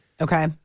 Okay